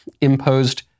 imposed